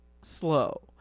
slow